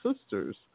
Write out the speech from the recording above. sisters